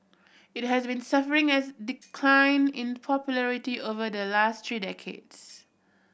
it has been suffering as decline in popularity over the last three decades